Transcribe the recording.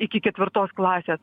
iki ketvirtos klasės